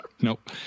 Nope